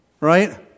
Right